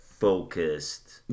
focused